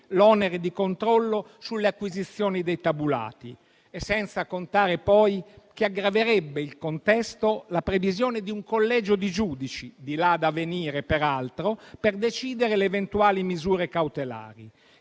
l'onere di controllo sulle acquisizioni dei tabulati. Senza contare poi che aggraverebbe il contesto la previsione di un collegio di giudici - di là da venire peraltro - per decidere le eventuali misure cautelari.